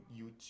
YouTube